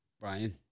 Brian